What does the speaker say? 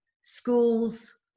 schools